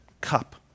cup